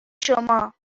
شما